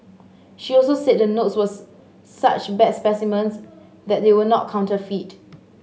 she also said the notes was such bad specimens that they were not counterfeit